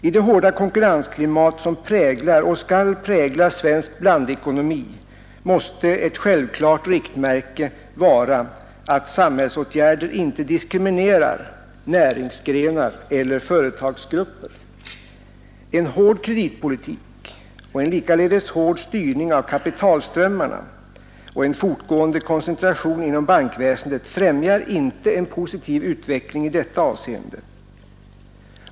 I det hårda konkurrensklimat som präglar och skall prägla svensk blandekonomi måste ett självklart riktmärke vara att samhällsåtgärder inte diskriminerar näringsgrenar eller företagsgrupper. En hård kreditpolitik, en likaledes hård styrning av kapitalströmmarna och en fortgående koncentration inom bankväsendet främjar inte en positiv utveckling i detta avseende.